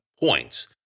points